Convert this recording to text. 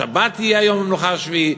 שבת יהיה יום המנוחה השבועי,